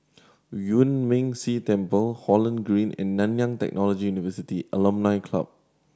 Yuan Ming Si Temple Holland Green and Nanyang Technology University Alumni Club